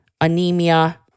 anemia